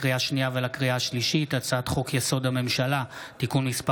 לקריאה השנייה ולקריאה השלישית: הצעת חוק-יסוד: הממשלה (תיקון מס'